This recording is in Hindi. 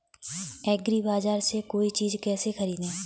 एग्रीबाजार से कोई चीज केसे खरीदें?